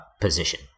position